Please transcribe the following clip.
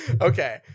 Okay